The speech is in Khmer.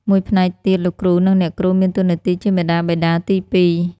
មួយផ្នែកទៀតលោកគ្រូនិងអ្នកគ្រូមានតួនាទីជាមាតាបិតាទីពីរ។